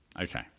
Okay